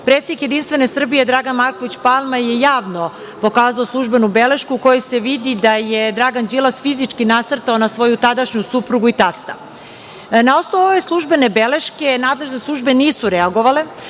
predsednik JS Dragan Marković Palma je javno pokazao službenu belešku u kojoj se vidi da je Dragan Đilas fizički nasrtao na svoju tadašnju suprugu i tasta. Na osnovu ove službene beleške nadležne službe nisu reagovale,